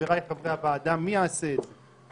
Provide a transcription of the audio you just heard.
חבריי חברי הוועדה, מי יעשה את זה?